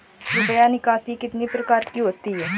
रुपया निकासी कितनी प्रकार की होती है?